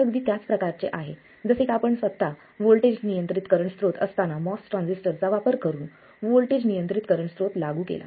हे अगदी त्याच प्रकारचे आहे जसे की आपण स्वत व्होल्टेज नियंत्रित करंट स्त्रोत असताना MOS ट्रान्झिस्टरचा वापर करून व्होल्टेज नियंत्रित करंट स्त्रोत लागू केला